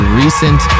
recent